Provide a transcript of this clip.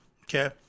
Okay